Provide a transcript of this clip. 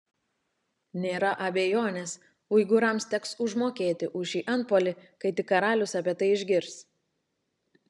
nėra abejonės uigūrams teks užmokėti už šį antpuolį kai tik karalius apie tai išgirs